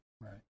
Right